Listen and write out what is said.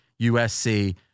USC